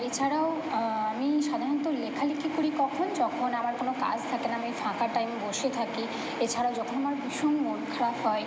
এছাড়াও আমি সাধারণত লেখা লেখি করি কখন যখন আমার কোনো কাজ থাকে না আমি ফাঁকা টাইম বসে থাকি এছাড়া যখন আমার ভীষণ মনখারাপ হয়